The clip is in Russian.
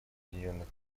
объединенных